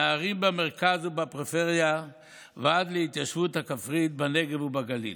מהערים במרכז ובפריפריה ועד להתיישבות הכפרית בנגב ובגליל.